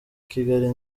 kigali